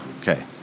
Okay